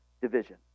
division